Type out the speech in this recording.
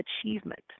achievement